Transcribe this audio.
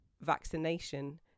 vaccination